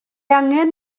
angen